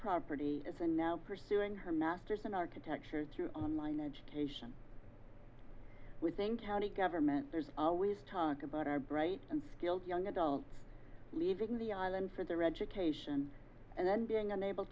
property and now pursuing her masters in architecture through online education we think county government there's always talk about our bright and skilled young adults leaving the island for their education and then being unable